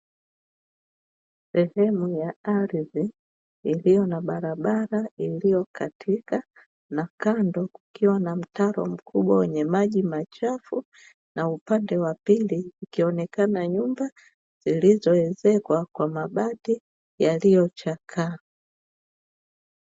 Sehemu ya ardhi iliyo na barabara iliyokatika na kando kukiwa na mtaro mkubwa wenye maji machafu, na upande wa pili ikionekana nyumba zilizowekwa kwa mabati yaliyochakaa.